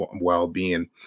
well-being